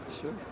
Sure